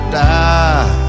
die